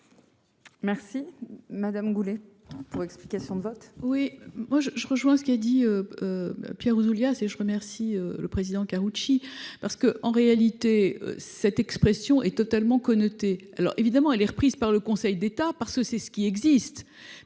Merci Madame Goulet pour explication de vote. Oui moi je, je rejoins ce qu'a dit. Pierre Ouzoulias c'est je remercie le président Karoutchi parce que, en réalité, cette expression est totalement connoté. Alors évidemment elle est reprise par le conseil d'état parce que c'est ce qui existe,